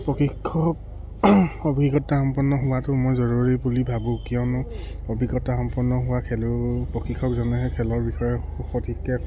প্ৰশিক্ষক অভিজ্ঞতা সম্পন্ন হোৱাটো মই জৰুৰী বুলি ভাবোঁ কিয়নো অভিজ্ঞতা সম্পন্ন হোৱা খেলো প্ৰশিক্ষকজনেহে খেলৰ বিষয়ে সু সঠিককৈ